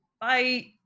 bye